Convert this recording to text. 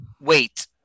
Wait